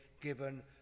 given